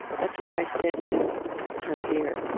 that's where i sit to hunt deer.